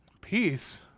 Peace